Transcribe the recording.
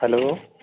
hello